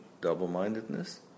double-mindedness